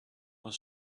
was